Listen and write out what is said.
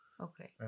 Okay